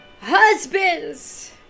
Husbands